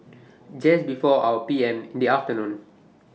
Just before four P M in The afternoon